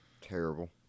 Terrible